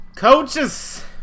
Coaches